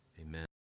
Amen